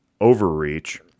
overreach